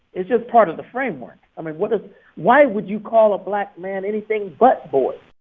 it's just part of the framework. i mean, what if why would you call a black man anything but boy?